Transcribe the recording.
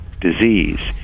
disease